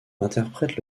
interprète